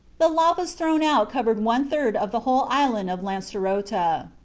the lavas thrown out covered one-third of the whole island of lancerota.